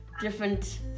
different